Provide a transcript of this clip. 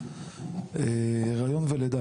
הריון ולידה,